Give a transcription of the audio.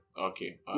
okay